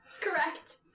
Correct